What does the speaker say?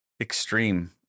extreme